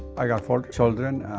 i got four children.